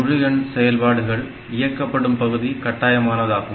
முழுஎண் செயல்பாடுகள் இயக்கப்படும் பகுதி கட்டாயமானதாகும்